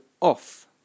off